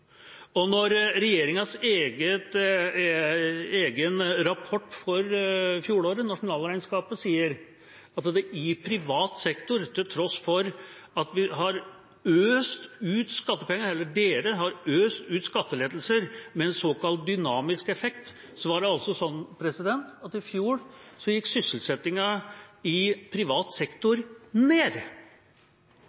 Når regjeringas egen rapport for fjoråret, Nasjonalregnskapet, sier at sysselsettingen i privat sektor gikk ned i fjor, til tross for at vi – eller regjeringa – har øst ut skattelettelser med såkalt dynamisk effekt, er vi i en veldig alvorlig situasjon. Og da stiller jeg spørsmålet: Hva vil regjeringa gjøre med det? I